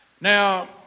Now